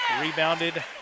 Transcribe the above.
Rebounded